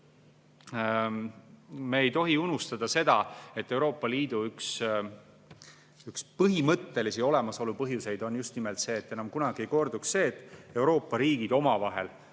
Me ei tohi unustada seda, et Euroopa Liidu üks põhimõttelisi olemasolu põhjuseid on just nimelt see, et enam kunagi ei korduks see, et Euroopa riigid omavahel